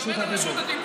אני עומד על רשות הדיבור.